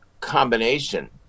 combination